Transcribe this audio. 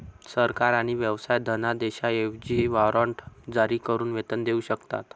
सरकार आणि व्यवसाय धनादेशांऐवजी वॉरंट जारी करून वेतन देऊ शकतात